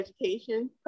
education